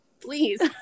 Please